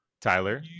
tyler